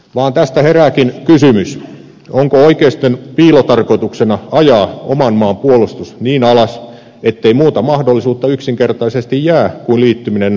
vaan tästä herääkin kysymys onko oikeiston piilotarkoituksena ajaa oman maan puolustus niin alas ettei muuta mahdollisuutta yksinkertaisesti jää kuin liittyminen natoon